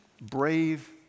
brave